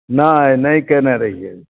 नहि नहि केने रहियै